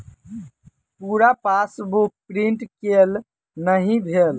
पूरा passbook print केल नहि भेल